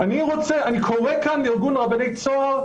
אני קורא כאן לארגון רבני צהר,